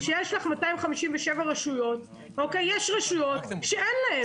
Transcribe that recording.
כשיש לך 257 רשויות, יש רשויות שאין להן.